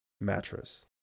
mattress